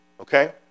okay